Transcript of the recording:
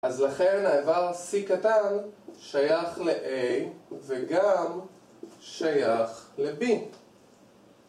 אז לכן האיבר C קטן שייך ל-A וגם שייך ל-B